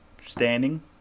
standing